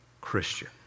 Christian